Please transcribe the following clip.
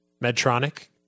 Medtronic